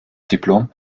diplom